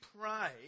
pray